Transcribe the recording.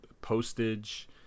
postage